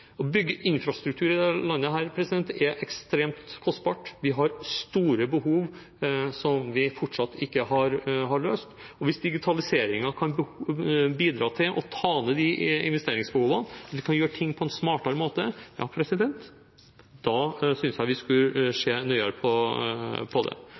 Å bygge infrastruktur i dette landet er ekstremt kostbart. Vi har store behov som vi fortsatt ikke har løst, og hvis digitaliseringen kan bidra til å ta ned de investeringsbehovene, slik at vi kan gjøre ting på en smartere måte, synes jeg vi skulle se nøyere på det.